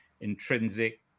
intrinsic